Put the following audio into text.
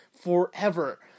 forever